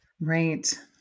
right